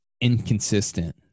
inconsistent